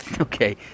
Okay